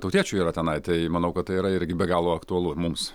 tautiečių yra tenai tai manau kad tai yra irgi be galo aktualu mums